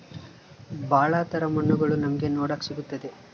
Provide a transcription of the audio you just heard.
ಭಾಳ ತರ ಮಣ್ಣುಗಳು ನಮ್ಗೆ ನೋಡಕ್ ಸಿಗುತ್ತದೆ